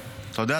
אתה יודע,